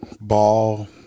ball